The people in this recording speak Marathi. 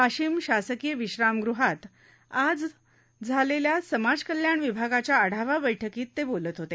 वाशिम शासकीय विश्रामगृहात आज झालेल्या समाज कल्याण विभागाच्या आढावा बैठकीत ते बोलत होते